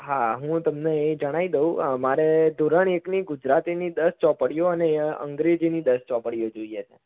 હા હું તમને જણાવી દઉં મારે ધોરણ એકની ગુજરાતીની દસ ચોપડીઓ અને અંગ્રેજીની દસ ચોપડીઓ જોઈએ છે